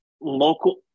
local